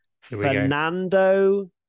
Fernando